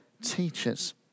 teachers